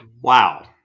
Wow